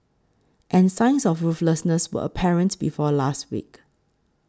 and signs of ruthlessness were apparent before last week